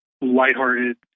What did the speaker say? lighthearted